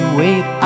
wait